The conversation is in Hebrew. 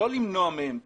לא למנוע מהם תקנים,